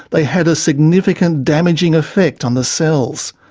they had a significant damaging effect on the cells.